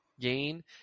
gain